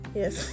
yes